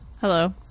Hello